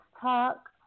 talk